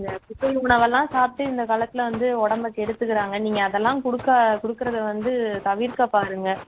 இந்த குப்பை உணவெல்லாம் சாப்பிட்டு இந்த காலத்தில் வந்து உடம்ப கெடுத்துக்கிறாங்க நீங்கள் அதெலாம் கொடுக்க கொடுக்கிறது வந்து தவிர்க்கப்பாருங்க